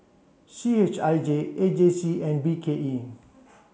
C H I J A J C and B K E